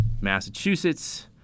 Massachusetts